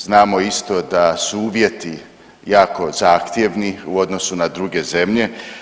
Znamo isto da su uvjeti jako zahtjevni u odnosu na druge zemlje.